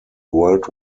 world